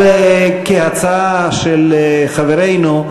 אבל כהצעה של חברנו,